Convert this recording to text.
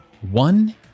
one